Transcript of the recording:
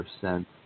percent